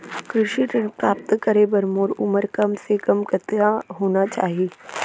कृषि ऋण प्राप्त करे बर मोर उमर कम से कम कतका होना चाहि?